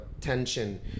tension